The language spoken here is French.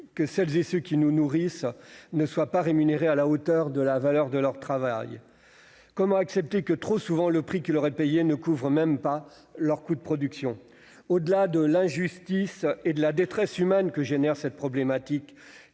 que celles et ceux qui nous nourrissent ne soient pas rémunérés à la hauteur de la valeur de leur travail ? Comment accepter que, trop souvent, le prix qui leur est payé ne couvre pas même leurs coûts de production ? Au-delà de l'injustice et de la détresse humaine que crée cette problématique,